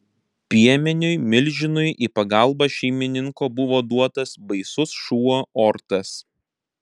piemeniui milžinui į pagalbą šeimininko buvo duotas baisus šuo ortas